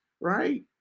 Right